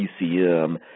PCM